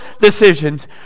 decisions